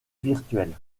virtuelle